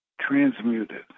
transmuted